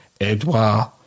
Edouard